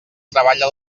treballa